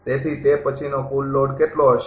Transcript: તેથી તે પછીનો કુલ લોડ કેટલો હશે